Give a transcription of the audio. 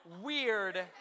weird